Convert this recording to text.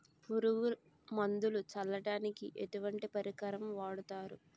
పురుగు మందులు చల్లడానికి ఎటువంటి పరికరం వాడతారు?